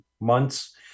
months